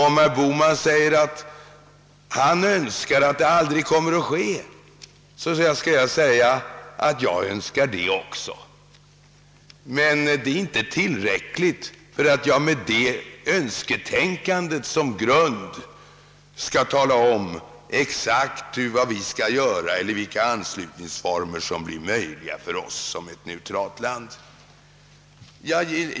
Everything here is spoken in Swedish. Om herr Bohman säger sig önska att det aldrig kommer att ske, kan jag göra samma uttalande, men ett sådant önsketänkande är inte en tillräcklig grund för ett uttalande om vad vi exakt bör göra eller vilka anslutningsformer som är möjliga för oss som ett neutralt land.